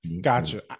gotcha